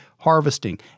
harvesting